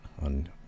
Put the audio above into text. on